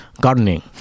gardening